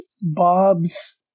Bob's